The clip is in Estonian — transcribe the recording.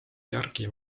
järgi